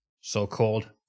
so-called